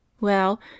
Well